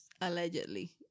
allegedly